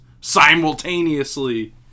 simultaneously